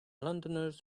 londoners